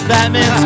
Batman